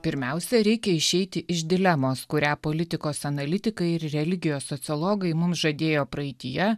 pirmiausia reikia išeiti iš dilemos kurią politikos analitikai ir religijos sociologai mums žadėjo praeityje